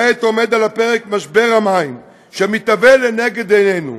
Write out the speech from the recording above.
כעת עומד על הפרק משבר המים שמתהווה לנגד עינינו.